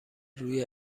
روی